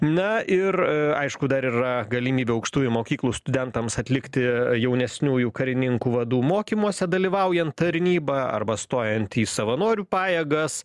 na ir aišku dar yra galimybė aukštųjų mokyklų studentams atlikti jaunesniųjų karininkų vadų mokymuose dalyvaujant tarnybą arba stojant į savanorių pajėgas